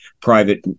private